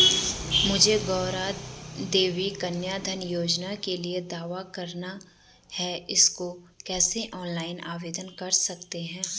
मुझे गौरा देवी कन्या धन योजना के लिए दावा करना है इसको कैसे ऑनलाइन आवेदन कर सकते हैं?